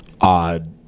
odd